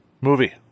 movie